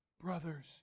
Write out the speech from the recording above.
brothers